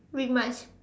read much